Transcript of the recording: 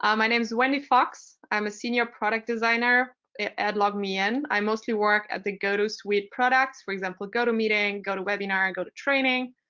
um my name's wendy fox. i'm a senior product designer at log me in. i mostly work at the go to suite products, for example, go to meeting, gotowebinar, and go to training.